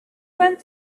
went